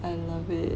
I love it